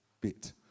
bit